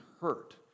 hurt